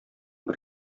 бер